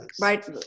right